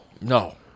no